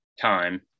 time